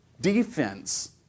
defense